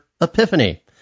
epiphany